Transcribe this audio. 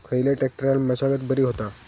खयल्या ट्रॅक्टरान मशागत बरी होता?